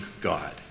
God